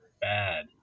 bad